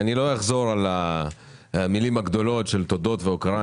אני לא אחזור על המילים הגדולות של תודות והוקרה,